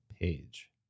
page